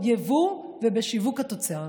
יבוא ושיווק התוצרת.